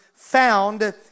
Found